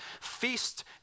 Feast